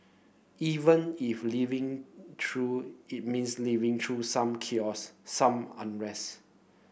even if living through it means living through some chaos some unrest